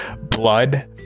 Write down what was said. blood